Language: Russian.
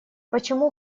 почему